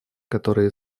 которые